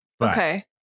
Okay